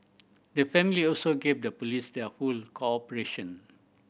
the family also gave the police their full cooperation